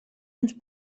uns